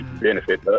benefit